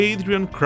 Adrian